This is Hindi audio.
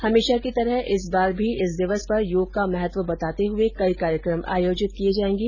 हमेशा की तरह इस बार भी इस दिवस पर योग का महत्व बताते हुए कई कार्यक्रम आयोजित किये जायेंगे